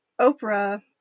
Oprah